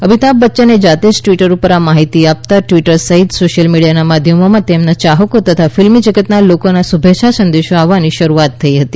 અમિતાભ બચ્યને જાતે જ ટિવટર ઉપર આ માહિતી આપતા ટિવટર સહિત સોશિયલ મીડિયાના માધ્યમોમાં તેમના યાહકો તથા ફિલ્મ જગતના લોકોના શુભેચ્છા સંદેશાઓ આવવાની શરૂઆત થઈ હતી